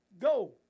Go